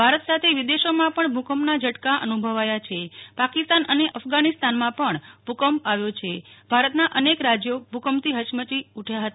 ભારત સાથે વિદેશોમાં પણ ભૂ કંપનાં ઝટકા અનુભવાયા છે પાકિસ્તાન અને અફઘાનિસ્તાનમાં પણ ભૂ કંપ આવ્યો છે ભારતનાં અનેક રાજ્યો ભૂ કંપેથી હયમચી ઉઠ્યા હતા